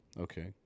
okay